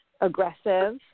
aggressive